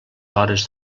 hores